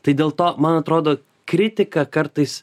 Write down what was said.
tai dėl to man atrodo kritika kartais